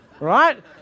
Right